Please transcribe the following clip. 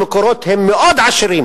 המקורות הם עשירים